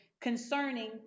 concerning